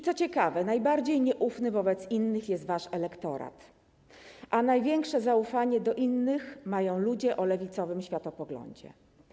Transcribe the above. Co ciekawe, najbardziej nieufny wobec innych jest wasz elektorat, a największe zaufanie do innych mają ludzie o lewicowym światopoglądzie.